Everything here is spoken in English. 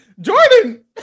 Jordan